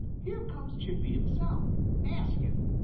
here comes chippy himself ask him.